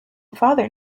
father